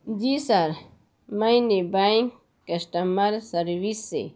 جی sir میں نے bank customer service سے